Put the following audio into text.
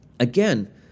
Again